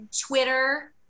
Twitter